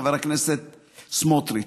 חבר הכנסת סמוטריץ.